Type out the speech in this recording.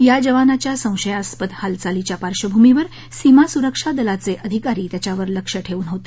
या जवानाच्या संशयास्पद हालचालींच्या पार्श्वभूमीवर सीमा सुरक्षा दलाचे अधिकारी त्याच्यावर लक्ष ठेवून होते